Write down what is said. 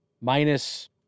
Minus